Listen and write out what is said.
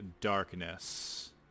darkness